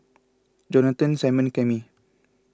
Johnathon Simone and Cami